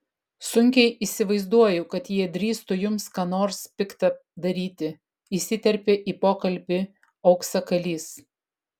sunkiai įsivaizduoju kad jie drįstų jums ką nors pikta daryti įsiterpė į pokalbį auksakalys